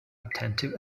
attentive